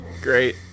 Great